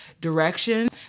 direction